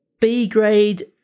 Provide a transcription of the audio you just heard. B-grade